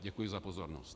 Děkuji za pozornost.